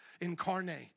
incarnate